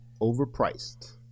overpriced